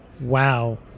Wow